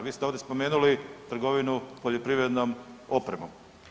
Vi ste ovdje spomenuli trgovinu poljoprivrednom opremom.